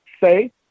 say